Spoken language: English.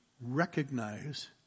recognize